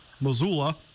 Missoula